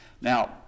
Now